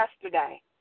yesterday